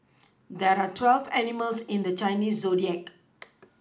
there are twelve animals in the Chinese zodiac